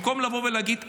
במקום לבוא ולהגיד "אחריי"